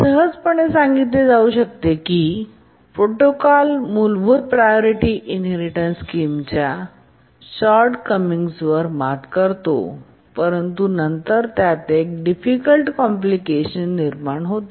हे सहजपणे सांगितले जाऊ शकते की हा प्रोटोकॉल मूलभूत प्रायोरिटी इनहेरिटेन्स स्कीमच्या शॉर्ट कॉमिंग्सवर मात करतो परंतु नंतर त्यात एक डिफिकल्ट कॉम्प्लिकेशन निर्माण होते